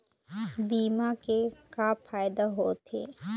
बीमा के का फायदा होते?